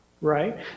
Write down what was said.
right